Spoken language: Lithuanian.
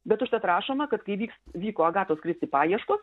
bet užtat rašoma kad kai vyks vyko agatos kristi paieškos